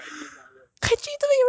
the bed right you just run up there